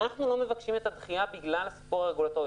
אנחנו לא מבקשים את הדחייה בגלל הסיפור הרגולטורי.